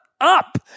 up